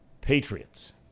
Patriots